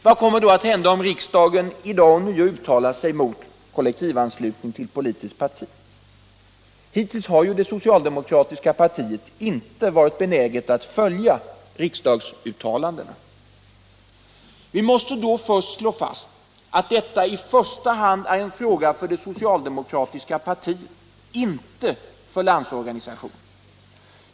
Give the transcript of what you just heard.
Vad kommer då att hända, om riksdagen i dag ånyo uttalar sig mot kollektivanslutning till politiskt parti? Hittills har det socialdemokratiska partiet inte varit benäget att följa riksdagens uttalanden. Vi måste då slå fast att detta i första hand är en fråga för det socialdemokratiska partiet, inte för Landsorganisationen.